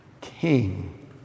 king